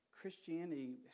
Christianity